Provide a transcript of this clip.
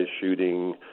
shooting